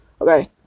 okay